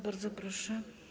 Bardzo proszę.